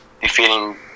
defeating